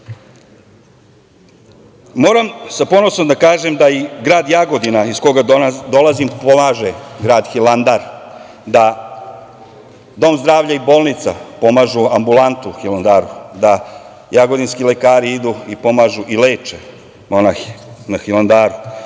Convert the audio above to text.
evra. Moram sa ponosom da kažem da i grad Jagodina, iz koga dolazim, pomaže Hilandar, da dom zdravlja i bolnica pomažu ambulantu u Hilandaru, da jagodinski lekari idu i pomažu i leče monahe na Hilandaru,